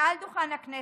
מעל דוכן הכנסת,